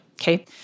Okay